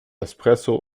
espresso